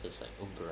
it's like oh bruh